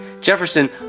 Jefferson